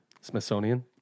Smithsonian